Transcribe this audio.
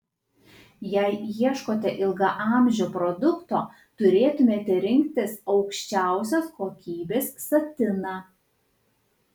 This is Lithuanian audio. jei ieškote ilgaamžio produkto turėtumėte rinktis aukščiausios kokybės satiną